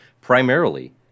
primarily